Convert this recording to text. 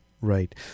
right